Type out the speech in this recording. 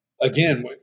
again